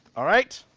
all right.